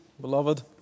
Beloved